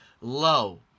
low